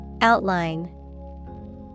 Outline